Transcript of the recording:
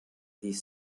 des